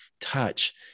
touch